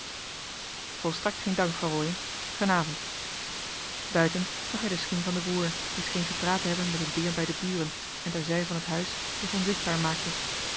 volstrekt geen dank van rooien gen avent buiten zag hij de schim van den broer die scheen gepraat te hebben met een deem bij de buren en ter zij van het huis zich onzichtbaar maakte